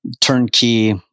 turnkey